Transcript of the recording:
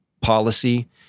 policy